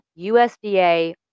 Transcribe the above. USDA